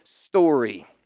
story